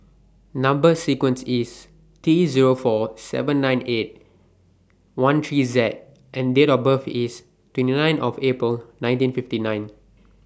Number sequence IS T Zero four seven nine eight one three Z and Date of birth IS twenty nine April nineteen fifty nine